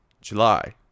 July